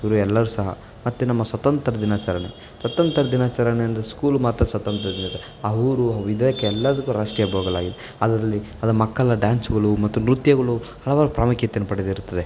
ಇವ್ರು ಎಲ್ಲರೂ ಸಹ ಮತ್ತು ನಮ್ಮ ಸ್ವಾತಂತ್ರ್ಯ ದಿನಾಚರಣೆ ಸ್ವಾತಂತ್ರ್ಯ ದಿನಾಚರಣೆ ಅಂದರೆ ಸ್ಕೂಲು ಮಾತ್ರ ಸ್ವತಂತ್ರ ಆ ಊರು ಆ ಇದಕ್ಕೆ ಎಲ್ಲದಕ್ಕೂ ರಾಷ್ಟ್ರೀಯ ಹಬ್ಬಗಳಾಗಿವೆ ಅದರಲ್ಲಿ ಅದು ಮಕ್ಕಳ ಡ್ಯಾನ್ಸ್ಗಳು ಮತ್ತು ನೃತ್ಯಗಳು ಹಲವಾರು ಪ್ರಾಮುಖ್ಯತೆಯನ್ನು ಪಡೆದಿರುತ್ತದೆ